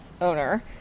owner